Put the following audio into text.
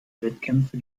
wettkämpfe